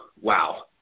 Wow